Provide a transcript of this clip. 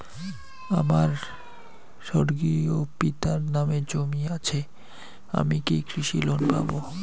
আমার স্বর্গীয় পিতার নামে জমি আছে আমি কি কৃষি লোন পাব?